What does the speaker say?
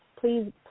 Please